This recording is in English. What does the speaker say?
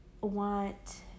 want